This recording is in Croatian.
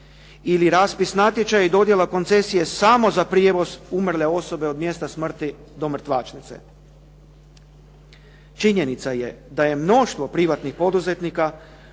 ili raspis natječaja i dodjela koncesije samo za prijevoz umrle osobe od mjesta smrti do mrtvačnice. Činjenica je da je mnoštvo privatnih poduzetnika